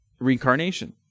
reincarnation